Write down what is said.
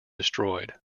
destroyed